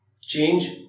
change